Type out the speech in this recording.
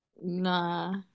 Nah